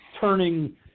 turning